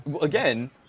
again